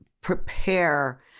prepare